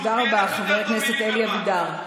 תודה רבה, חבר הכנסת אלי אבידר.